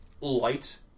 Light